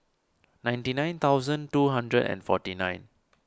ninety nine thousand two hundred and forty nine